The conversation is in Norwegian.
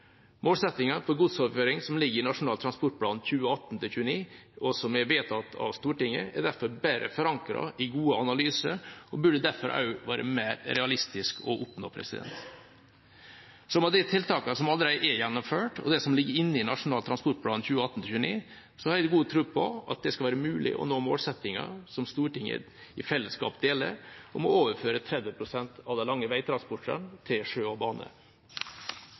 Målsettingen for godsoverføring som ligger i Nasjonal transportplan 2018–2029, som er vedtatt av Stortinget, er derfor bedre forankret i gode analyser og burde derfor også være mer realistisk å oppnå. Med de tiltakene som allerede er gjennomført, og det som ligger inne i Nasjonal transportplan 2018–2029, har jeg god tro på at det skal være mulig å nå målsettingen som Stortinget i fellesskap deler, om å overføre 30 pst. av de lange veitransportene til sjø og bane.